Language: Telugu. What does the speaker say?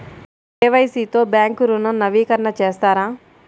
కే.వై.సి తో బ్యాంక్ ఋణం నవీకరణ చేస్తారా?